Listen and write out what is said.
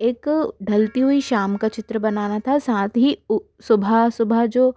एक ढलती हुई शाम का चित्र बनाना था साथ ही सुबह सुबह जो